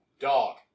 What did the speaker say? Dog